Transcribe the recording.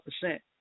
percent